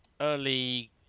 early